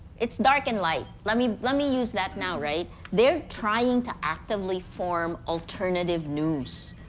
it's dark and light, let me, let me use that now, right? they're trying to actively form alternative news.